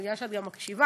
בגלל שאת גם מקשיבה,